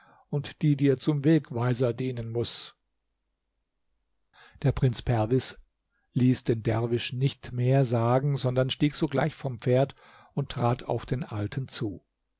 und die dir zum wegweiser dienen muß der prinz perwis ließ den derwisch nicht mehr sagen sondern stieg sogleich vorn pferd und trat auf den alten zu